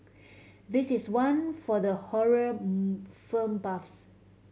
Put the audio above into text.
this is one for the horror film buffs